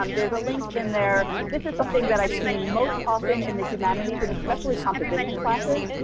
um there's a link in there, this is something that i've seen most often in the humanities, and especially composition classes,